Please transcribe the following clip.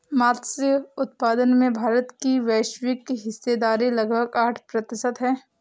मत्स्य उत्पादन में भारत की वैश्विक हिस्सेदारी लगभग आठ प्रतिशत है